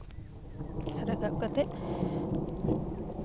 ᱨᱟᱠᱟᱵ ᱠᱟᱛᱮ